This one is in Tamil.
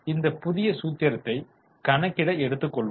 இந்த புதிய சூத்திரத்தை கணக்கிட எடுத்துக்கொள்வோம்